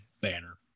banner